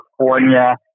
California